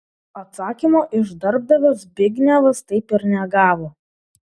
atsakymo iš darbdavio zbignevas taip ir negavo